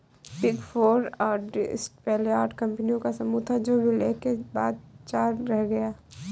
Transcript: big four auditors पहले आठ कंपनियों का समूह था जो विलय के बाद चार रह गया